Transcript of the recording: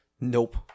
Nope